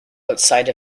outside